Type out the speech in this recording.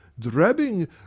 drabbing